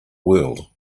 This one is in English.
world